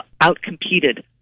out-competed